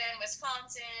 wisconsin